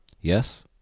Yes